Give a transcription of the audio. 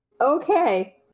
Okay